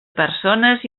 persones